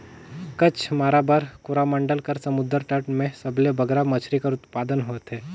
कच्छ, माराबार, कोरोमंडल कर समुंदर तट में सबले बगरा मछरी कर उत्पादन होथे